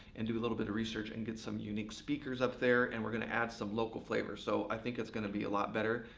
and do a little bit of research, and get some unique speakers up there. and we're going to add some local flavor. so i think it's gonna be a lot better.